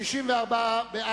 סעיף 6, כהצעת הוועדה, נתקבל.